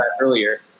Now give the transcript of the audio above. earlier